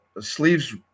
sleeves